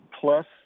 Plus